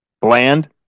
bland